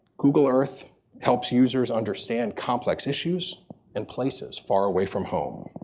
google earth helps users understand complex issues in places far away from home.